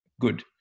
good